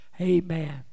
Amen